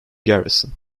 garrison